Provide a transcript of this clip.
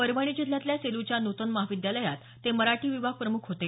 परभणी जिल्ह्यातल्या सेलूच्या नूतन महाविद्यालयात ते मराठी विभाग प्रमुख होते